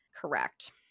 Correct